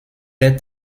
est